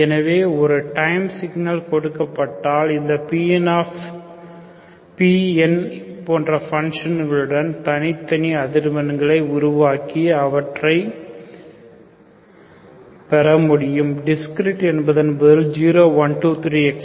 எனவே ஒரு time signal கொடுக்கப்பட்டால் இந்த Pns என்ற ஃபங்ஷன்களுடன் தனித்தனி அதிர்வெண்களை உருவாக்கி அவற்றை பெற முடியும் டிஸ்கிரீட் என்பதன் பொருள் 0 1 2 3